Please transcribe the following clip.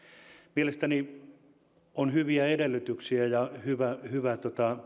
mielestäni on hyviä edellytyksiä ja hyvä hyvä